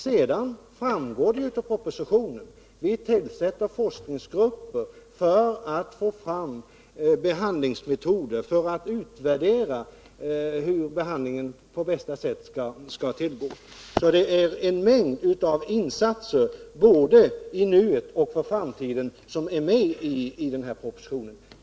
Sedan framgår det av propositionen att vi tillsätter forskningsgrupper för att få fram behandlingsmetoder för att utvärdera hur behandlingen skall tillgå på bästa sätt. Det gäller en mängd insatser både i nuet och för framtiden, och de är med i propositionen.